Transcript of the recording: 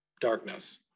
Darkness